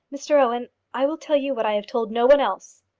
mr owen, i will tell you what i have told no one else.